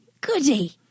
goody